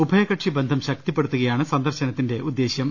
ഉഭയകക്ഷി ബന്ധം ശക്തിപ്പെടുത്തുകയാണ് സന്ദർശനത്തിന്റെ ഉദ്ദേശ്യം